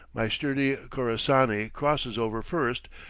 my sturdy khorassani crosses over first,